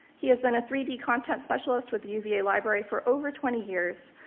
he has been a three d content specialist with the uva library for over twenty years,